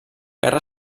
guerra